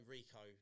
Rico